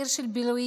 עיר של בילויים,